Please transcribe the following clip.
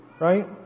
right